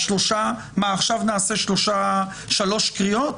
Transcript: נעשה שלוש קריאות?